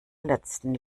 letzten